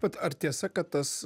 bet ar tiesa kad tas